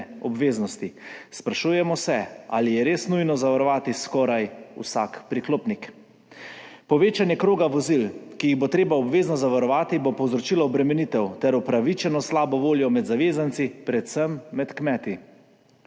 obveznosti. Sprašujemo se, ali je res nujno zavarovati skoraj vsak priklopnik? Povečanje kroga vozil, ki jih bo treba obvezno zavarovati, bo povzročilo obremenitev ter upravičeno slabo voljo med zavezanci, predvsem med kmeti.